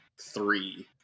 Three